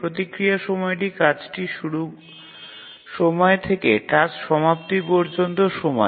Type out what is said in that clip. প্রতিক্রিয়া সময়টি কাজটি শুরুর সময় থেকে টাস্ক সমাপ্তির পর্যন্ত সময়